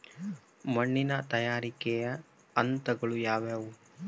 ಮಣ್ಣಿನ ತಯಾರಿಕೆಯ ಹಂತಗಳು ಯಾವುವು?